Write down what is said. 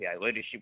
leadership